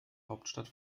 hauptstadt